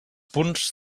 punts